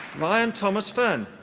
ryan thomas fern.